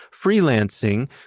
freelancing